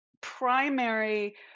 primary